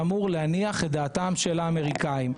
שאמור להניח את דעתם של האמריקנים.